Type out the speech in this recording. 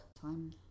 time